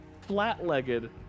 flat-legged